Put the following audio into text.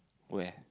where